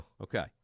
okay